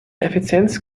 effizienz